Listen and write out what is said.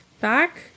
back